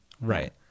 Right